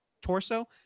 torso